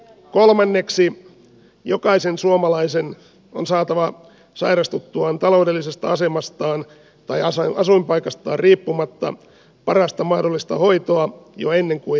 kolmanneksi jokaisen suomalaisen on saatava sairastuttuaan taloudellisesta asemastaan tai asuinpaikastaan riippumatta parasta mahdollista hoitoa jo ennen kuin henki lähtee